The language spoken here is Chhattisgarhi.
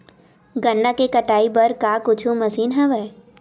गन्ना के कटाई बर का कुछु मशीन हवय?